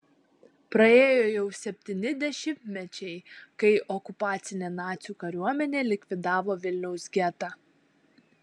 praėjo jau septyni dešimtmečiai kai okupacinė nacių kariuomenė likvidavo vilniaus getą